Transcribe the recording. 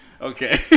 Okay